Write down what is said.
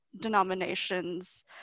denominations